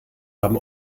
haben